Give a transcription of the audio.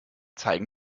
zeigen